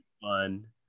fun